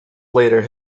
later